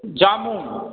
जामुन